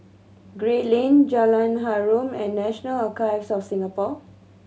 Gray Lane Jalan Harum and National Archives of Singapore